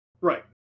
Right